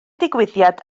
digwyddiad